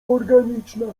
organiczna